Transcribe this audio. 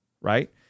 right